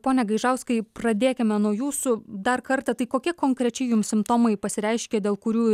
pone gaižauskai pradėkime nuo jūsų dar kartą tai kokie konkrečiai jum simptomai pasireiškė dėl kurių